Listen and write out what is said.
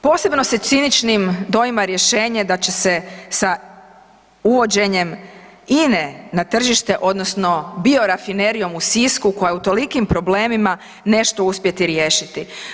Posebno se ciničnim doima rješenje da će se sa uvođenjem INA-e na tržište odnosno Biorafinerijom u Sisku koja je u tolikim problemima nešto uspjeti riješiti.